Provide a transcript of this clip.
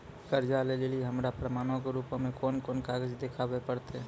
कर्जा लै लेली हमरा प्रमाणो के रूपो मे कोन कोन कागज देखाबै पड़तै?